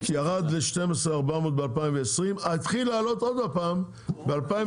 ירד ל-12.4 ב-2020, והתחיל לעלות עוד הפעם ב-2021.